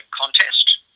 Contest